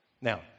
Now